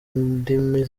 ndimi